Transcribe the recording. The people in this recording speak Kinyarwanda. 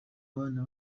abana